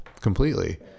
completely